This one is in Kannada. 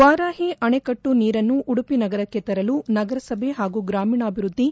ವಾರಾಹಿ ಅಣೆಕಟ್ಟು ನೀರನ್ನು ಉಡುಪಿ ನಗರಕ್ಕೆ ತರಲು ನಗರಸಭೆ ಹಾಗೂ ಗ್ರಾಮೀಣಾಭಿವೃದ್ದಿ